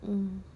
um